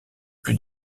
plus